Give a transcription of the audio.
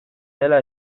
dela